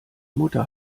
mutter